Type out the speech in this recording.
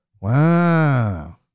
Wow